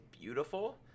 beautiful